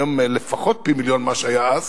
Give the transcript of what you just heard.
היום זה לפחות פי-מיליון ממה שהיה אז,